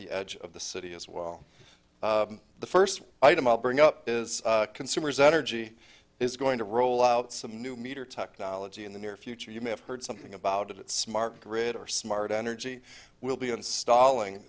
the edge of the city as well the first item i'll bring up is consumers energy is going to roll out some new meter technology in the near future you may have heard something about it smart grid or smart energy will be installing